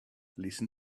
listen